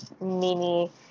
mini